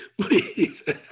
Please